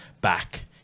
back